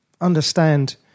understand